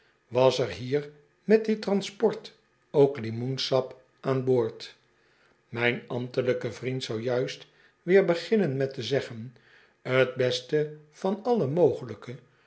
was er hier met dit transport ook limoensap aan boord mijn ambtelijke vriend zou juist weer beginnen met te zeggen t beste van alle mogelijke